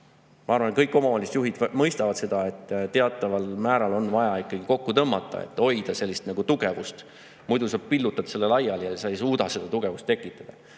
Ma arvan, et kõik omavalitsusjuhid mõistavad seda, et teataval määral on vaja ikkagi kokku tõmmata, et hoida sellist tugevust. Muidu sa pillutad raha laiali ja ei suuda seda tugevust tekitada.